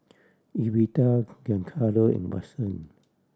Evita Giancarlo and Watson